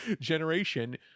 generation